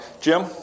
Jim